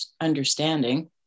understanding